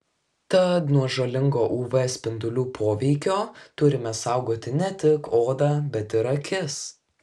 tad nuo žalingo uv spindulių poveikio turime saugoti ne tik odą bet ir akis